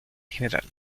gral